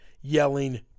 yelling